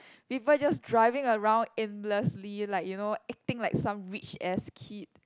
people just driving around aimlessly like you know acting like some rich ass kid